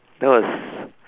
that was